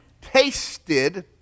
tasted